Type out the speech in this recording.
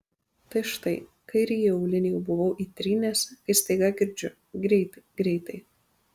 tai štai kairįjį aulinį jau buvau įtrynęs kai staiga girdžiu greitai greitai